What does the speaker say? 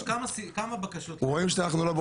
יש כמה בקשות לנושא חדש.